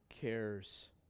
cares